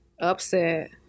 upset